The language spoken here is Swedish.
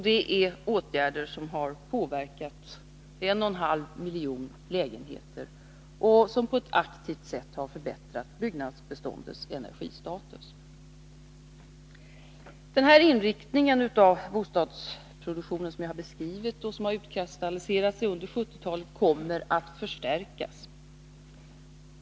Det är åtgärder som har påverkat 1,5 miljoner lägenheter och som på ett aktivt sätt har förbättrat byggnadsbeståndets energistatus. Den inriktning av bostadsproduktionen som jag har beskrivit och som utkristalliserats under 1970-talet kommer att förstärkas.